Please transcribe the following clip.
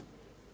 Hvala